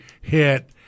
hit